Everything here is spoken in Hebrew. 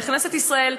לכנסת ישראל,